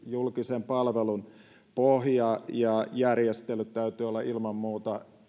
julkisen palvelun pohjan ja järjestelyjen täytyy olla ilman muuta